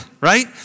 right